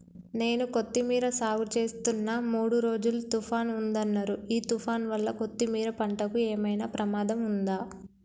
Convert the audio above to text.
నేను కొత్తిమీర సాగుచేస్తున్న మూడు రోజులు తుఫాన్ ఉందన్నరు ఈ తుఫాన్ వల్ల కొత్తిమీర పంటకు ఏమైనా ప్రమాదం ఉందా?